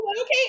Okay